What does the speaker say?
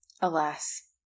Alas